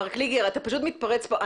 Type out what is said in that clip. מר קליגר, אתה פשוט מתפרץ פה.